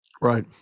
Right